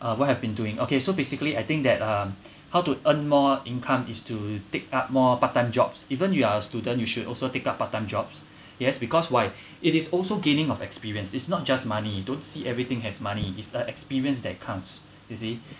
uh what have been doing okay so basically I think that um how to earn more income is to take up more part time jobs even if you are student you should also take up part time jobs yes because why it is also gaining of experience is not just money you don't see everything as money is a experienced that counts you see